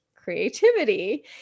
creativity